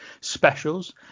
specials